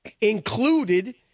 included